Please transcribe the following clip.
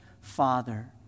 father